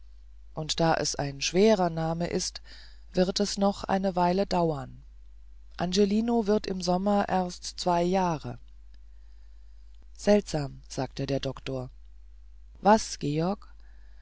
und da es ein schwerer name ist wird es noch eine weile dauern angelino wird im sommer erst zwei jahre seltsam sagte der doktor was georg